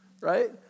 right